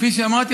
כפי שאמרתי,